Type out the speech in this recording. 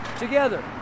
together